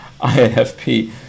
INFP